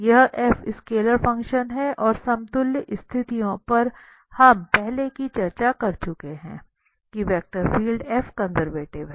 यह f scalar function है और समतुल्य स्थितियों पर हम पहले ही चर्चा कर चुके हैं कि वेक्टर फील्ड कंजर्वेटिव है